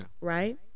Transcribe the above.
right